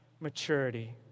maturity